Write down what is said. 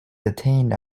detained